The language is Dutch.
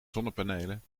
zonnepanelen